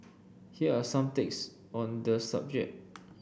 here are some takes on the subject